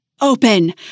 Open